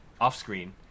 off-screen